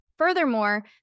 Furthermore